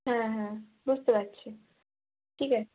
হ্যাঁ হ্যাঁ বুঝতে পারছি ঠিক আছে